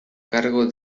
cargo